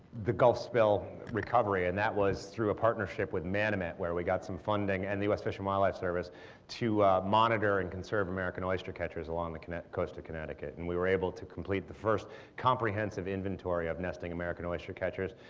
the gulf spill recovery and that was through a partnership with manomet where we got some funding, and the u s. fish and wildlife service to monitor and conserve american oystercatchers along the coast of connecticut. and we were able to complete the first comprehensive inventory of nesting american oystercatchers,